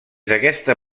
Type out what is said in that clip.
d’aquesta